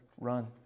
run